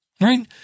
Right